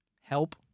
help